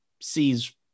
sees